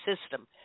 system